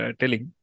telling